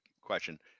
question